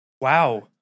Wow